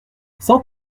cent